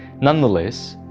nonetheless,